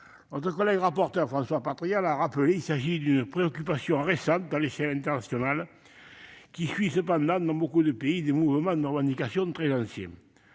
Notre collègue François Patriat l'a rappelé : il s'agit d'une préoccupation récente à l'échelle internationale, qui suit cependant, dans beaucoup de pays, des mouvements de revendication très anciens.